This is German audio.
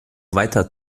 weiter